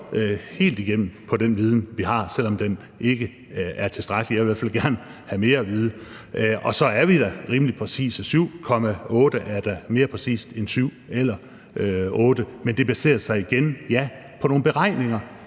helt igennem på den viden, vi har, selv om den ikke er tilstrækkelig. Jeg vil i hvert fald gerne have mere at vide. Og så er vi da rimelig præcise: 7,8 er da mere præcist end 7 eller 8. Men det baserer sig igen, ja, på nogle beregninger